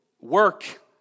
work